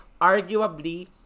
arguably